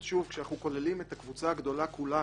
כשאנחנו כוללים את הקבוצה הגדולה כולה